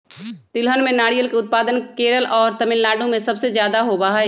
तिलहन में नारियल के उत्पादन केरल और तमिलनाडु में सबसे ज्यादा होबा हई